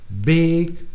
big